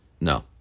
no